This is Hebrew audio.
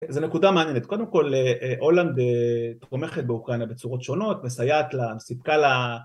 זה נקודה מעניינת, קודם כל הולנד תומכת באוקראינה בצורות שונות, מסייעת לה, סיפקה לה